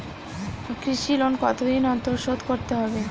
কৃষি লোন কতদিন অন্তর শোধ করতে হবে?